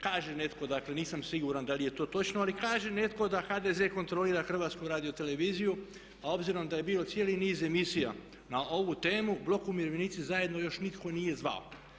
Kaže netko, dakle nisam siguran da li je to točno, ali kaže netko da HDZ kontrolira Hrvatsku radioteleviziju, a obzirom da je bio cijeli niz emisija na ovu temu „Blok umirovljenici zajedno“ još nitko nije zvao.